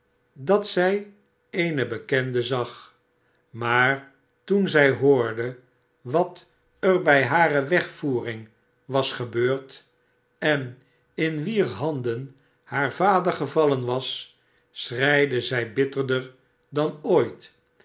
dat zij eene bekende zag maar toen zij hoorde wat er bij hare wegvoering was gebeurd en in wier handen haar vader gevallen was schreide zij bitterder dan ooit